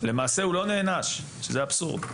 למעשה הוא לא נענש, שזה אבסורד,